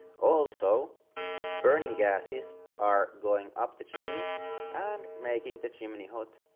also burning gases are going up the chimney and making the chimney hot.